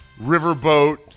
riverboat